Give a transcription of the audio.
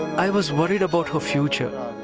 i was worried about her future.